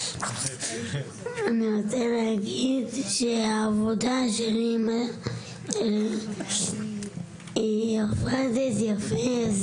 אני רוצה להגיד שהעבודה של אימא היא עובדת יפה,